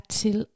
til